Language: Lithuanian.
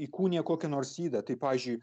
įkūnija kokią nors ydą tai pavyzdžiui